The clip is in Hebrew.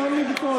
אין לי ביקורת,